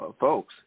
folks